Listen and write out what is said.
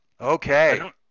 Okay